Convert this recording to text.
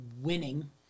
winning